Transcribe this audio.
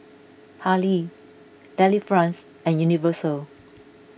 Hurley Delifrance and Universal